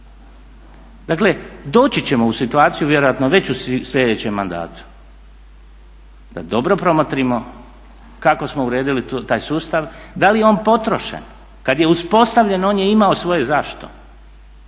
Dakle doći ćemo u situaciju vjerojatno već u slijedećem mandatu da dobro promotrimo kako smo uredili taj sustav, da li je on potrošen, kad je uspostavljen on je imao svoje zašto